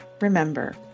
remember